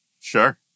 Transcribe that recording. sure